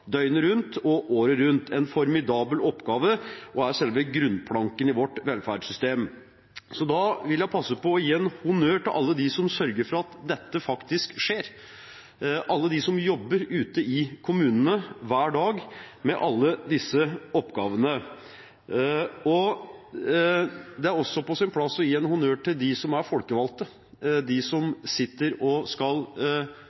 døgnet rundt og året rundt – en formidabel oppgave, som er selve grunnplanken i vårt velferdssystem. Da vil jeg passe på å gi honnør til alle de som sørger for at dette faktisk skjer, alle de som jobber ute i kommunene hver dag med alle disse oppgavene. Det er også på sin plass å gi honnør til de som er folkevalgte, de som